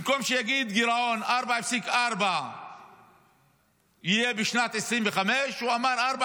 במקום שיגיד שבשנת 2025 יהיה גירעון